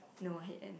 no I hate Ann